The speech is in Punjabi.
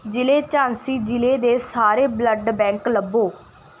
ਜ਼ਿਲ੍ਹੇ ਝਾਂਸੀ ਜ਼ਿਲ੍ਹੇ ਦੇ ਸਾਰੇ ਬਲੱਡ ਬੈਂਕ ਲੱਭੋ